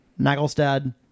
Nagelstad